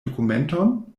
dokumenton